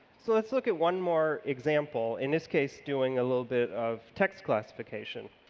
so let's look at one more example, in this case doing a little bit of text classification.